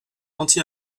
anti